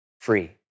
free